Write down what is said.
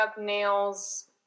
nails